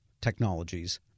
technologies